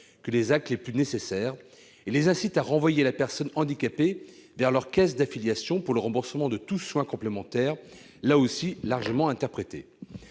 que les actes les plus nécessaires et les incite à renvoyer la personne handicapée vers sa caisse d'affiliation pour le remboursement de tout soin complémentaire, notion elle aussi largement interprétée.